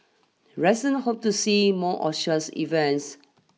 resident hope to see more of such events